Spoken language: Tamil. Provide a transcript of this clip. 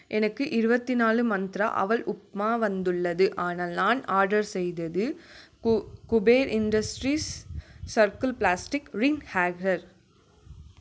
எனக்கு இருபத்தி நாலு மந்த்ரா அவல் உப்புமா வந்துள்ளது ஆனால் நான் ஆர்டர் செய்தது கு Kuber industries circle plastic ring hanger